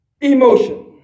emotion